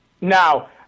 Now